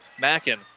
Mackin